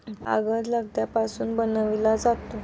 कागद लगद्यापासून बनविला जातो